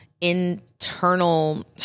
internal